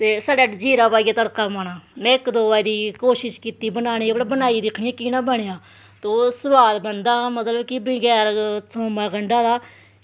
ते छड़ा जीरा पाइयै तड़का पाना में इक दो बारी कोशिश कीती बनाने दी की बनाई दिक्खने आं कियां बनेआ ते ओह् सोआद बनदा मतलब कि बगैर थूम्मां गंडा दा